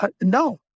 No